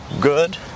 good